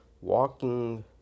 walking